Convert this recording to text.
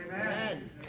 Amen